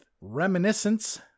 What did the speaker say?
reminiscence